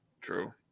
True